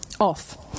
off